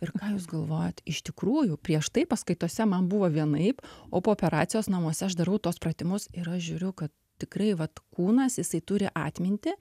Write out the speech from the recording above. ir ką jūs galvojat iš tikrųjų prieš tai paskaitose man buvo vienaip o po operacijos namuose aš darau tuos pratimus ir aš žiūriu kad tikrai vat kūnas jisai turi atmintį